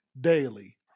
daily